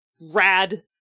rad